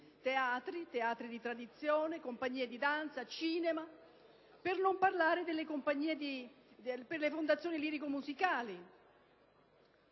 teatri, teatri di tradizione, compagnie di danza e cinema, per non parlare delle fondazioni lirico-musicali.